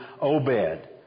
Obed